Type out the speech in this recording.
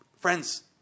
Friends